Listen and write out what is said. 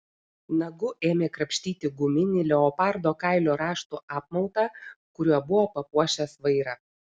nagu ėmė krapštyti guminį leopardo kailio raštų apmautą kuriuo buvo papuošęs vairą